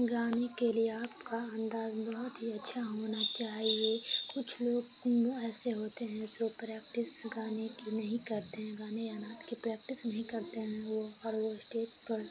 گانے کے لیے آپ کا انداز بہت ہی اچھا ہونا چاہیے کچھ لوگ ایسے ہوتے ہیں جو پریکٹس گانے کی نہیں کرتے ہیں گانے یا نعت کی پریکٹس نہیں کرتے ہیں وہ اور وہ اسٹیج پر